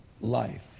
life